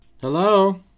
Hello